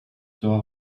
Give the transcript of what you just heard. sera